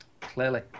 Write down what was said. Clearly